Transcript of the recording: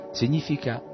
significa